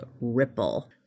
Ripple